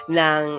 ng